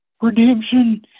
Redemption